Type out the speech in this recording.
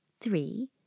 three